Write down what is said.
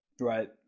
Right